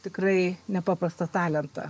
tikrai nepaprastą talentą